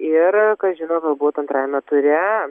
ir kas žino galbūt antrajame ture